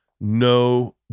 no